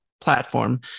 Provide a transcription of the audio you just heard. platform